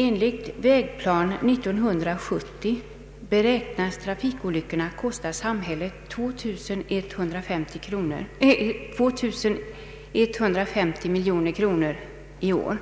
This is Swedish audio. Enligt Vägplan 70 beräknas trafikolyckorna kosta samhället 2150 miljoner kronor i år.